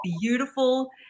beautiful